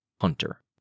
Hunter